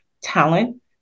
talent